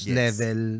level